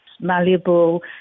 malleable